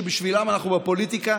שבשבילם אנחנו בפוליטיקה,